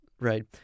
right